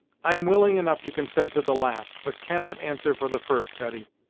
i am willing enough to consent to the last, but cannot answer for the first, hetty.